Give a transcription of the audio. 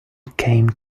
came